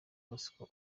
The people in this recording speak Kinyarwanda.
bosco